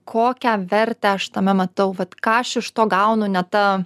kokią vertę aš tame matau vat ką aš iš to gaunu ne ta